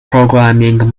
programming